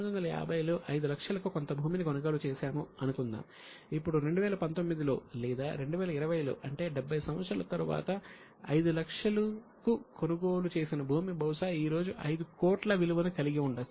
మనము 1950 లో 5 లక్షలకు కొంత భూమిని కొనుగోలు చేసాము అనుకుందాం ఇప్పుడు 2019 లో లేదా 2020 లో అంటే 70 సంవత్సరాల తరువాత 5 లక్షలకు కొనుగోలు చేసిన భూమి బహుశా ఈ రోజు 5 కోట్ల విలువను కలిగి ఉండవచ్చు